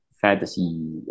fantasy